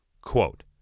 Quote